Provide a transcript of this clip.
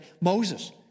Moses